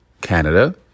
canada